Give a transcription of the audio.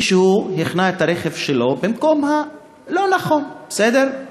מישהו החנה את הרכב שלו במקום הלא-נכון, בסדר?